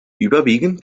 überwiegend